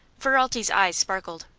ferralti's eyes sparkled.